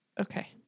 Okay